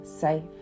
safe